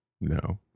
No